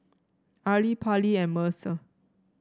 Arely Pallie and Mercer